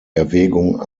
erwägung